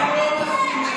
הם לא מסכימים,